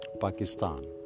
Pakistan